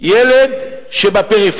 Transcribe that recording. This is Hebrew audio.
על ילד בפריפריה